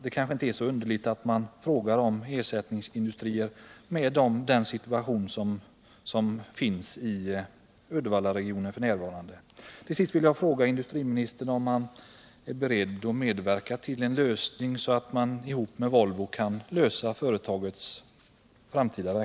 Med den situation som f.n. finns i Uddevallaregionen är det kanske inte så underligt om man frågar om ersättningsindustrier.